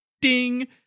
Ding